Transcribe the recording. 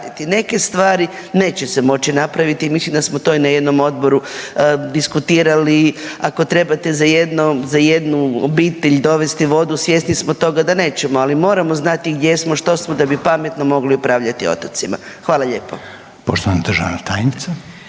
Neke stvari neće se moći napraviti, mislim da smo to i na jednom odboru diskutirali. Ako trebate za jednu obitelj dovesti vodu svjesni smo toga da nećemo, ali moramo znati gdje smo, što smo da bi pametno mogli upravljati otocima. Hvala lijepo.